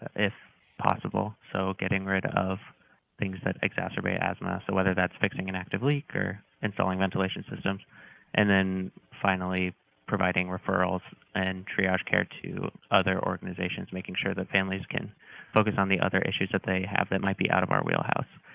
if possible, so getting rid of things that exacerbate asthma so whether that's fixing an active leak or installing ventilation systems and then finally providing referrals and triage care to other organizations, making sure that families can focus on the other issues that they have that might be out of our wheelhouse.